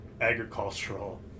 agricultural